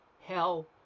hell